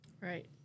right